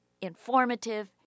informative